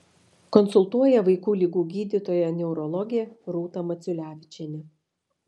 konsultuoja vaikų ligų gydytoja neurologė rūta maciulevičienė